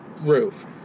Roof